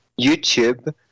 YouTube